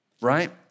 right